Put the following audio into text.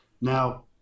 now